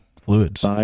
fluids